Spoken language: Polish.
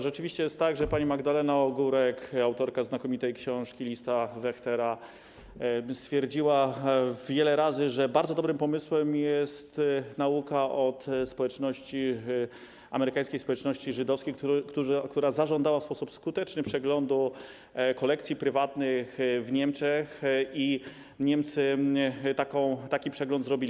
Rzeczywiście jest tak, że pani Magdalena Ogórek, autorka znakomitej książki „Lista Wächtera”, stwierdziła wiele razy, że bardzo dobrym pomysłem jest nauka pochodząca od amerykańskiej społeczności żydowskiej, która zażądała w sposób skuteczny przeglądu kolekcji prywatnych w Niemczech, i Niemcy taki przegląd zrobili.